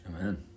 amen